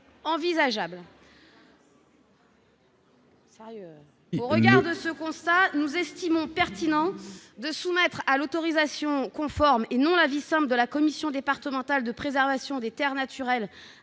envisageables. Au regard de ce constat, nous estimons pertinent de soumettre à un avis conforme, et non à un avis simple, de la commission départementale de préservation des espaces naturels,